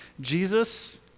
Jesus